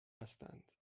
هستند